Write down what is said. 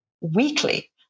weekly